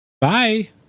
bye